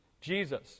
Jesus